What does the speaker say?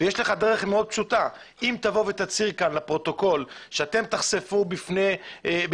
יש לך דרך מאוד פשוטה - אם תצהיר פה לפרוטוקול שתחששו בפנינו,